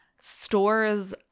stores